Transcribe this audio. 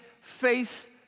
face